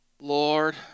Lord